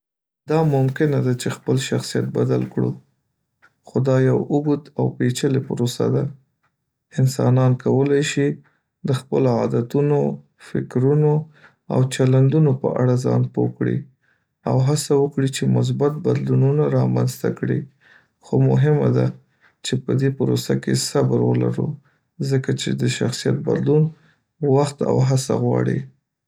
دا ممکنه ده چې خپل شخصیت بدل کړو، خو دا یو اوږد او پیچلی پروسه ده. انسانان کولی شي د خپلو عادتونو، فکرونو او چلندونو په اړه ځان پوه کړي او هڅه وکړي چې مثبت بدلونونه رامنځته کړي، خو مهمه ده چې په دې پروسه کې صبر ولرو، ځکه چې د شخصیت بدلون وخت او هڅه غواړي.